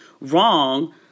wrong